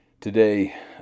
Today